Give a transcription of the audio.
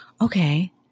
okay